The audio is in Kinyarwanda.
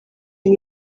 ngo